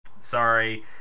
sorry